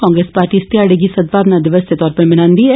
Congress party इस घ्याड़े गी सदभावना दिवस दे तौर उप्पर मनान्दी ऐ